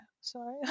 sorry